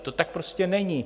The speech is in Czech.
To tak prostě není.